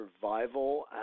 survival